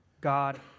God